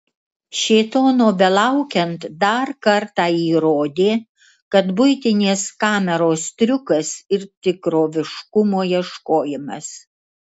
šėtono belaukiant dar kartą įrodė kad buitinės kameros triukas ir tikroviškumo ieškojimas